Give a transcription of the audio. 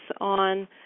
on